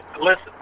listen